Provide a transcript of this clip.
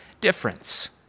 difference